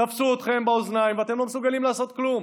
תפסו אתכם באוזניים, ואתם לא מסוגלים לעשות כלום.